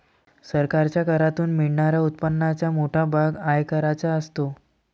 सरकारच्या करातून मिळणाऱ्या उत्पन्नाचा मोठा भाग आयकराचा असतो